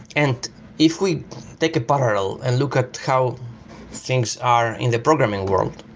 and if we take a but parallel and look at how things are in the programming world,